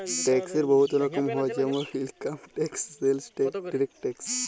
ট্যাক্সের বহুত রকম হ্যয় যেমল income tax, sales tax, direct tax